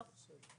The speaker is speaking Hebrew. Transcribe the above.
לא.